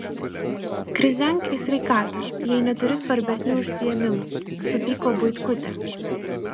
krizenk į sveikatą jei neturi svarbesnių užsiėmimų supyko buitkutė